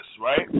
right